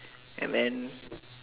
M and